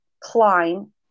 Klein